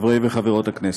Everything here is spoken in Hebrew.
חברי וחברות הכנסת,